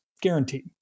Guaranteed